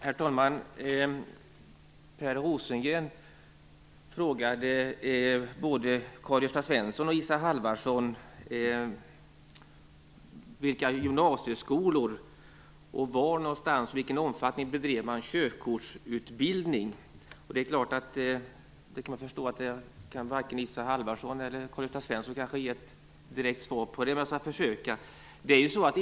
Herr talman! Per Rosengren frågade både Karl Gösta Svenson och Isa Halvarsson vilka gymnasieskolor som bedriver körkortsutbildning och i vilken omfattning. Jag kan förstå att varken Isa Halvarsson eller Karl-Gösta Svenson kan ge ett direkt svar på frågan. Men jag skall göra ett försök.